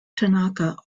tanaka